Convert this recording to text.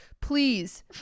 please